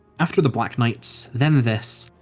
after the black knights, then this,